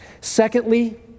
Secondly